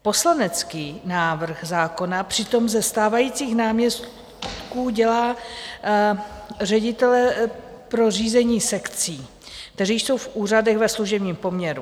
Poslanecký návrh zákona přitom ze stávajících náměstků dělá ředitele pro řízení sekcí, kteří jsou v úřadech ve služebním poměru.